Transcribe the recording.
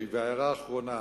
הערה אחרונה,